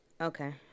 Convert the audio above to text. Okay